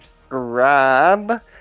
subscribe